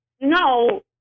no